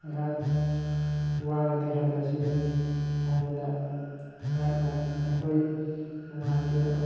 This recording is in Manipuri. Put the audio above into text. ꯉꯥꯏꯍꯥꯛ ꯋꯥꯔꯗꯤ ꯍꯜꯂꯁꯤ ꯍꯥꯏꯕꯗ ꯑꯩꯍꯥꯛꯅ ꯅꯈꯣꯏ ꯅꯨꯡꯉꯥꯏꯇꯦ